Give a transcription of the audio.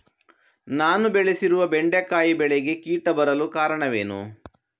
ನಾನು ಬೆಳೆಸಿರುವ ಬೆಂಡೆಕಾಯಿ ಬೆಳೆಗೆ ಕೀಟ ಬರಲು ಕಾರಣವೇನು?